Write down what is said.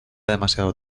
demasiado